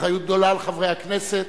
אחריות גדולה לחברי הכנסת.